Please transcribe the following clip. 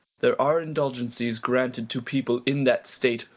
there are indulgencies granted to people in that state,